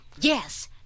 Yes